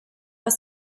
aus